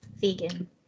Vegan